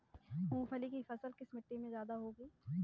मूंगफली की फसल किस मिट्टी में ज्यादा होगी?